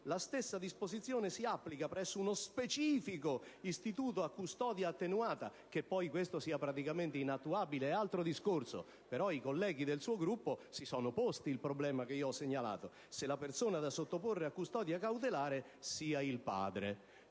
«La stessa disposizione si applica, presso uno specifico istituto a custodia attenuata» - il fatto che poi questo sia praticamente inattuabile è altro discorso, però i colleghi del suo Gruppo si sono posti il problema che ho segnalato -«, se la persona da sottoporre a custodia cautelare sia il padre».